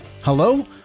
hello